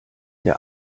der